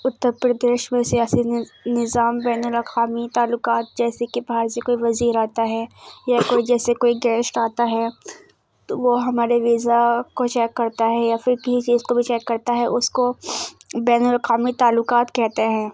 اترپردیش میں سیاسی نظام بین الاقوامی تعلقات جیسے کہ باہر سے کوئی وزیر آتا ہے یا کوئی جیسے کوئی گیسٹ آتا ہے تو وہ ہمارے ویزا کو چیک کرتا ہے یا پھر کسی چیز کو بھی چیک کرتا ہے اس کو بین الاقوامی تعلقات کہتے ہیں